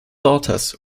daughters